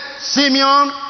Simeon